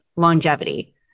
longevity